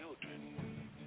children